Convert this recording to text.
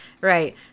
right